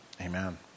Amen